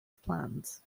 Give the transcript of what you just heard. planned